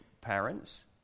parents